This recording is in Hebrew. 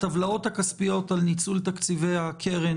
הטבלאות הכספיות על ניצול תקציבי הקרן